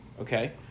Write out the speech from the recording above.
Okay